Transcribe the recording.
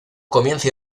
comienza